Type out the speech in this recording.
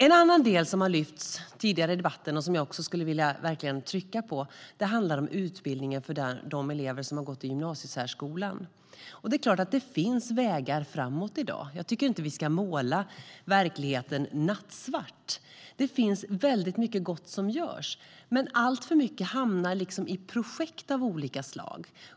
En annan del som har lyfts upp tidigare i debatten, och som jag också verkligen vill trycka på, handlar om utbildningen för de elever som har gått i gymnasiesärskolan. Det är klart att det finns vägar framåt i dag; jag tycker inte att vi ska måla verkligheten nattsvart. Det finns mycket gott som görs, men alltför mycket hamnar liksom i projekt av olika slag.